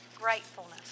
gratefulness